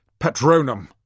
Patronum